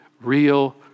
real